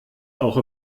auch